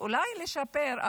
אולי לשפר,